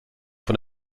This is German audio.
von